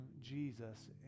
Jesus